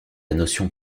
notion